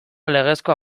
legezkoa